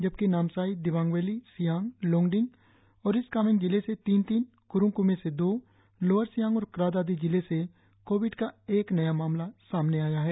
जबकि नामसाई दिबांग वैली सियांग लोंगडिंग और ईस्ट कामेंग जिले से तीन तीन क्रुंग क्मे से दो लोअर सियांग और क्रा दादी जिले से कोविड का एक एक नया मामला सामने आया है